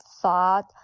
thought